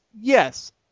yes